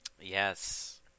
Yes